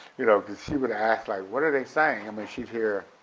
you know cause she would ask, like what are they saying? i mean she'd hear